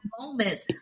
Moments